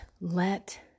let